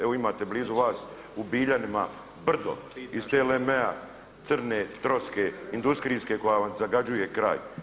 Evo imate blizu vas u Biljanima brdo iz TLM-a crne troske industrijske koja vam zagađuje kraj.